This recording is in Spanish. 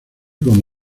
como